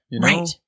Right